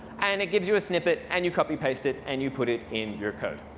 and it gives you a snippet, and you copy-paste it, and you put it in your code.